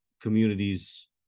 communities